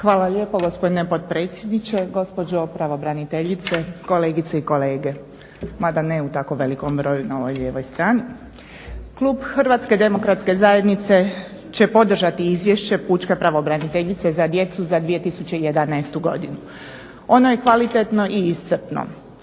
Hvala lijepo gospodine potpredsjedniče. Gospođo pravobraniteljice, kolegice i kolege, mada ne u tako velikom broju na ovoj lijevoj strani. Klub HDZ-a će podržati Izvješće pučke pravobraniteljice za djecu za 2011. godinu. ono je kvalitetno i iscrpno.